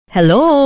Hello